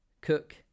Cook